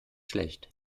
schlecht